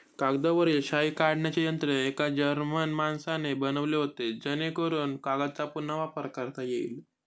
कागदावरील शाई काढण्याचे यंत्र एका जर्मन माणसाने बनवले होते जेणेकरून कागदचा पुन्हा वापर करता येईल